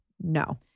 No